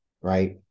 right